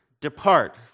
depart